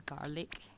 garlic